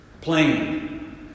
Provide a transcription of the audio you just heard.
plain